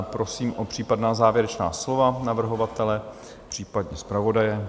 Prosím o případná závěrečná slova navrhovatele, případně zpravodaje.